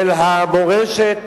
של המורשת